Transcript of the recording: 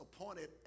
appointed